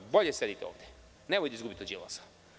Bolje sedite ovde i nemojte da izgubite od Đilasa.